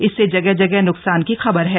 इससे जगह जगह न्कसान की खबर है